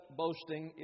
boasting